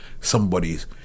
somebody's